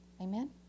amen